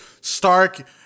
Stark